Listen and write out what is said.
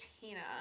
Tina